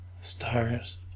Stars